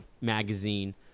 magazine